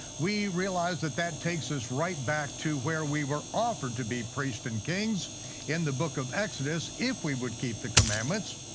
we realized that that takes us right back to where we were offered to be priests and kings in the book of exodus, if we would keep the commandments.